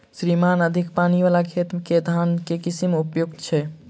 श्रीमान अधिक पानि वला खेत मे केँ धान केँ किसिम उपयुक्त छैय?